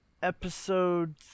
Episode